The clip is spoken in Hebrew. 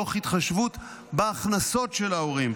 תוך התחשבות בהכנסות של ההורים,